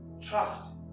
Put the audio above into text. trust